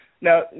Now